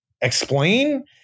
explain